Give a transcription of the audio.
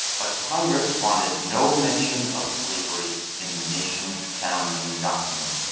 but congress wanted no mention of slavery in the nation's founding document.